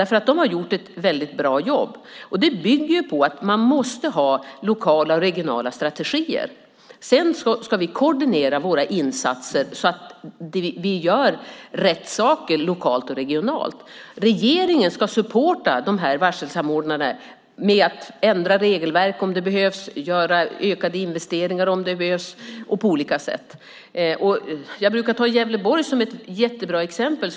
De har gjort ett väldigt bra jobb, och det bygger på att man måste ha lokala och regionala strategier. Sedan ska vi koordinera våra insatser så att vi gör rätt saker lokalt och regionalt. Regeringen ska supporta varselsamordnarna med att ändra regelverk om det behövs, göra ökade investeringar om det behövs och stötta även på andra sätt. Jag brukar ta Gävleborg som ett jättebra exempel.